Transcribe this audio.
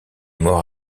mort